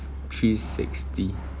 three sixty